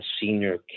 senior